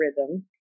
rhythm